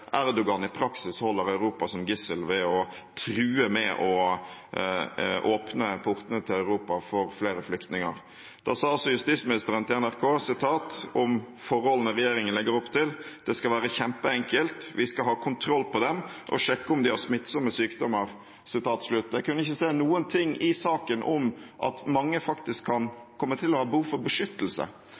Erdogan i praksis holder Europa som gissel ved å true med å åpne portene til Europa for flere flyktninger. Da sa justisministeren til NRK om forholdene regjeringen legger opp til: «Det skal være kjempeenkelt. Vi skal ha kontroll på dem og sjekke om de har smittsomme sykdommer.» Jeg kunne ikke se noe i den saken om at mange faktisk kan komme til å ha behov for beskyttelse.